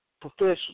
professional